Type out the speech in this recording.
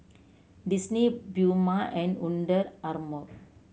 Disney Puma and Under Armour